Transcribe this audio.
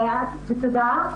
ותודה.